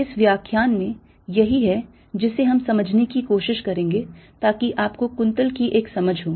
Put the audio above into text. इस व्याख्यान में यही है जिसे हम समझने की कोशिश करेंगे ताकि आपको कुंतल की एक समझ हो